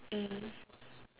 mm